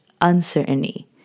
uncertainty